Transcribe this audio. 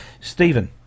Stephen